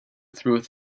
through